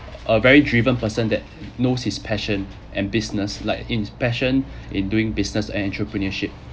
a very driven person that knows his passion and business like in passion in doing business and entrepreneurship